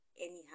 Anyhow